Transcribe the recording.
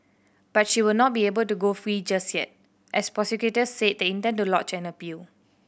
but she will not be able to go free just yet as prosecutors said they intend to lodge an appeal